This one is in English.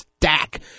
stack